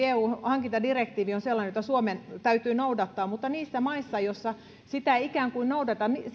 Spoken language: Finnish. eun hankintadirektiivi on sellainen jota suomen täytyy noudattaa mutta niissä maissa joissa sitä ei ikään kuin noudateta